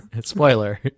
Spoiler